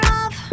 off